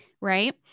right